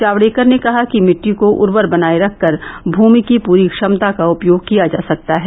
जावड़ेकर ने कहा कि मिट्टी को उर्वर बनाये रखकर भूमि की पूरी क्षमता का उपयोग किया जा सकता है